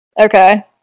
Okay